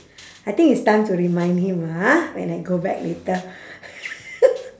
I think it's time to remind him ah when I go back later